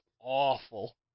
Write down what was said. awful